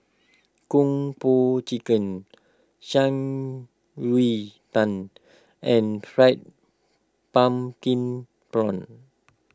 Kung Po Chicken Shan Rui Tang and Fried Pumpkin Prawns